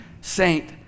saint